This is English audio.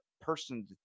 person